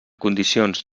condicions